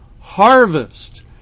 harvest